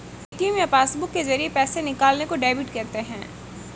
ATM या passbook के जरिये पैसे निकालने को डेबिट कहते हैं